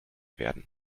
werden